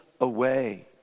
away